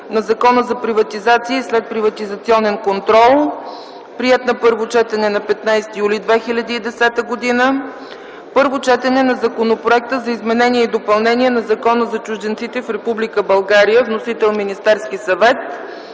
на Закона за приватизация и следприватизационен контрол, приет на първо четене на 15 юли 2010 г. 9. Първо четене на Законопроекта за изменение и допълнение на Закона за чужденците в Република България. Вносител - Министерски съвет.